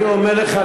אני אומר לך,